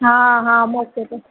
हा हा मौक़े ते